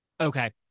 Okay